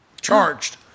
Charged